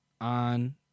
on